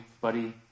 buddy